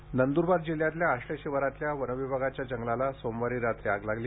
आग नंदरबार नंदुरबार जिल्ह्यातल्या आष्टे शिवारातल्या वनविभागाच्या जंगलाला सोमवारी रात्री आग लागली